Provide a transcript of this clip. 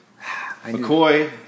McCoy